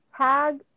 tag